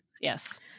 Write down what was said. Yes